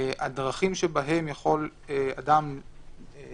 הדרכים שבהם יכול החייב